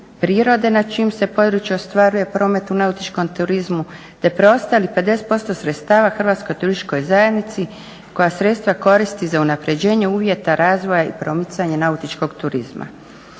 prirode na čijem se području ostvaruje promet u nautičkom turizmu te preostalih 50% sredstava Hrvatskoj turističkoj zajednici koja sredstva koristi za unapređenje uvjeta razvoja i promicanje nautičkog turizma.